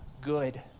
good